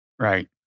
Right